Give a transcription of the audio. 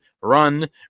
run